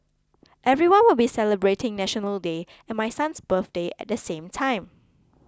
everyone will be celebrating National Day and my son's birthday at the same time